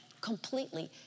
completely